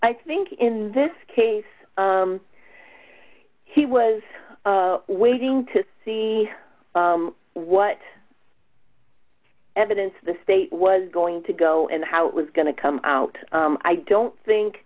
i think in this case he was waiting to see what evidence the state was going to go and how it was going to come out i don't think